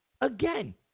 Again